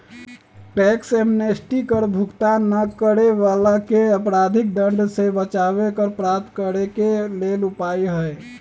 tax amnesty कर भुगतान न करे वलाके अपराधिक दंड से बचाबे कर प्राप्त करेके लेल उपाय हइ